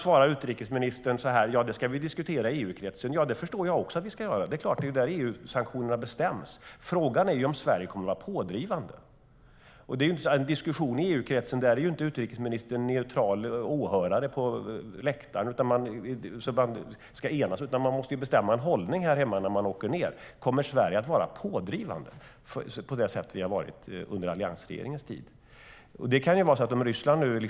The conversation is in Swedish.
Utrikesministern säger att frågan ska diskuteras i EU-kretsen. Det förstår jag också att ni ska göra. Det är där EU-sanktionerna bestäms. Frågan är om Sverige kommer att vara pådrivande. I en diskussion i EU-kretsen är inte utrikesministern en neutral åhörare på läktaren, utan man måste bestämma en hållning hemma innan man åker ned. Kommer Sverige att vara pådrivande på det sätt vi var under alliansregeringens tid?